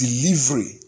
delivery